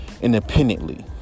independently